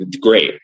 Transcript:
great